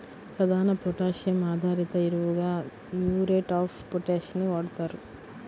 ప్రధాన పొటాషియం ఆధారిత ఎరువుగా మ్యూరేట్ ఆఫ్ పొటాష్ ని వాడుతారు